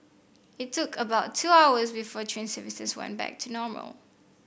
it took about two hours before train services went back to normal